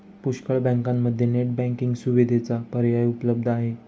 पुष्कळ बँकांमध्ये net banking सुविधेचा पर्याय उपलब्ध आहे